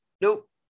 Nope